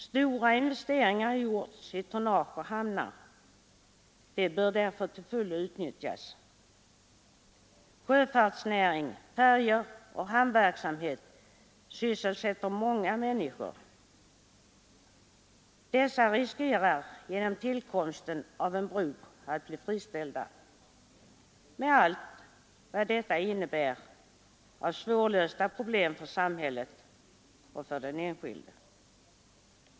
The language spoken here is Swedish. Stora investeringar har gjorts i tonnage och hamnar, och de bör till fullo utnyttjas. Sjöfartsnäring, färjor och hamnverksamhet sysselsätter många människor. Dessa riskerar genom tillkomsten av en bro att bli friställda, med allt vad detta innebär av svårlösta problem för samhället och den enskilde.